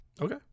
Okay